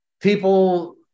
people